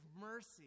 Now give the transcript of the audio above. mercy